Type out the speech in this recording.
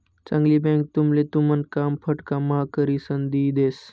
चांगली बँक तुमले तुमन काम फटकाम्हा करिसन दी देस